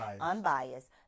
unbiased